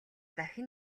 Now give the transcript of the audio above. дахин